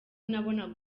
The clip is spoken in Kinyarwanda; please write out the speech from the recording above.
nabonaga